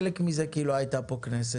חלק מזה כי שנים לא הייתה כאן כנסת,